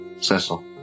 Cecil